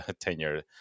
tenure